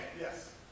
Yes